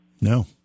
No